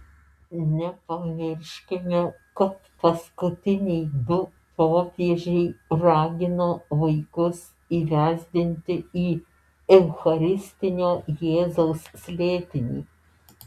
nepamirškime kad paskutiniai du popiežiai ragino vaikus įvesdinti į eucharistinio jėzaus slėpinį